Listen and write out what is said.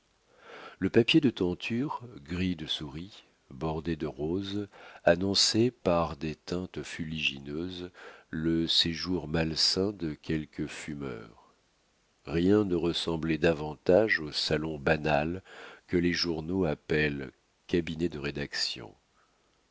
le papier de tenture gris de souris bordé de rose annonçait par des teintes fuligineuses le séjour malsain de quelques fumeurs rien ne ressemblait davantage au salon banal que les journaux appellent cabinet de rédaction